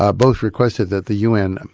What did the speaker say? ah both requested that the un